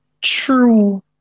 true